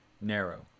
narrow